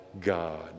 God